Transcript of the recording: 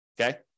okay